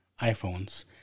iPhones